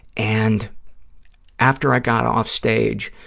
and after i got off stage,